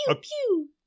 pew